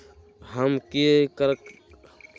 हम की करका मिट्टी में चिनिया बेदाम के खेती कर सको है?